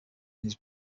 his